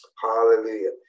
Hallelujah